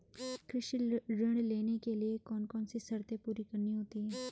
कृषि ऋण लेने के लिए कौन कौन सी शर्तें पूरी करनी होती हैं?